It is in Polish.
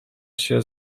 się